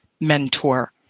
mentor